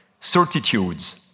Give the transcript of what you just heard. Certitudes